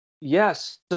Yes